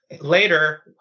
Later